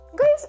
guys